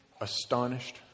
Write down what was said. astonished